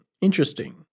Interesting